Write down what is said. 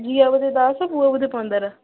ଝିଅ ବୋଧେ ଦଶ ପୁଅ ବୋଧେ ପନ୍ଦର